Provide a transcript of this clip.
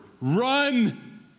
run